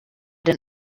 den